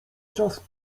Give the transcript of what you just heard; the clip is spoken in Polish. czas